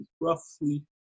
roughly